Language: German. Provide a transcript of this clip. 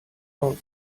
aus